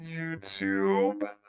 YouTube